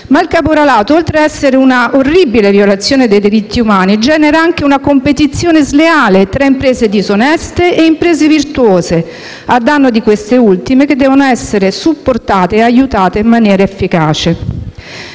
Il caporalato, oltre ad essere un orribile violazione dei diritti umani, genera anche una competizione sleale tra imprese disoneste e imprese virtuose a danno di queste ultime, che devono essere supportate e aiutate in maniera efficace.